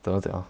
怎么讲 ah